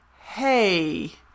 Hey